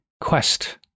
quest